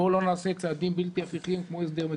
בואו לא נעשה צעדים בלתי הפיכים כמו הסדר מקרקעין.